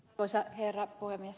arvoisa herra puhemies